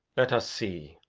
let us see.